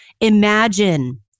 imagine